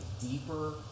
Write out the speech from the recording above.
deeper